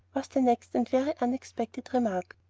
was the next and very unexpected remark.